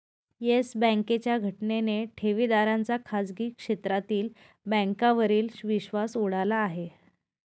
yes बँकेच्या घटनेने ठेवीदारांचा खाजगी क्षेत्रातील बँकांवरील विश्वास उडाला आहे